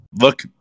look